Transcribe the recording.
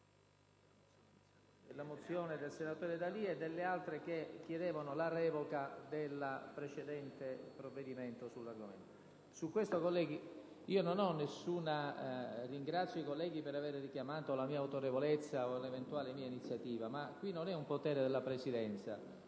mozione del senatore D'Alia e delle altre che chiedevano la revoca del precedente provvedimento. Ringrazio i colleghi per aver richiamato la mia autorevolezza o un'eventuale mia iniziativa, ma non è un potere della Presidenza.